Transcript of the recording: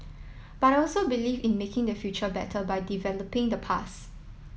but I also believe in making the future better by developing the past